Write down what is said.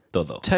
Todo